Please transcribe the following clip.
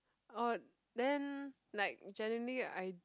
oh then like generally I